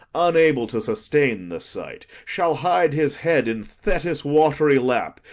unable to sustain the sight, shall hide his head in thetis' watery lap,